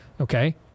okay